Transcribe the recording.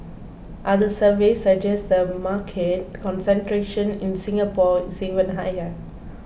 other surveys suggest the market concentration in Singapore is even higher